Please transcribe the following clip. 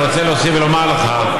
אני רוצה להוסיף ולומר לך.